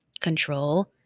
control